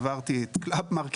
אני חייב לומר: עברתי את קלאבמרקט,